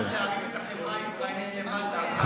בהחלט יש לנו הרבה מאמץ להרים את החברה הישראלית מלמטה.